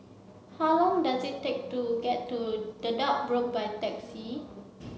how long does it take to get to Dedap by taxi